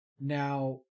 Now